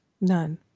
none